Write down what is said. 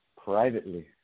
Privately